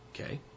Okay